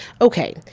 Okay